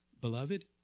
beloved